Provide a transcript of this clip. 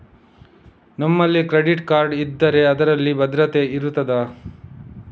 ನಮ್ಮಲ್ಲಿ credit card ಇದ್ದರೆ ಅದಕ್ಕೆ ಭದ್ರತೆ ಇರುತ್ತದಾ?